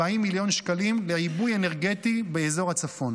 מיליון שקלים לעיבוי אנרגטי באזור הצפון.